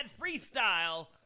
freestyle